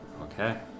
Okay